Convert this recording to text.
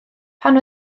pan